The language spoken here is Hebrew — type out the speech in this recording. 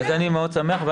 אני מאוד שמח על כך.